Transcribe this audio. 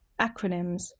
Acronyms